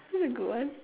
very good one